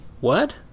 What